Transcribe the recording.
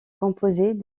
composées